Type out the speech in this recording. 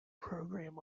program